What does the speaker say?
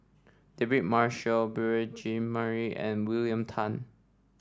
David Marshall Beurel Jean Marie and William Tan